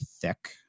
thick